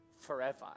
forever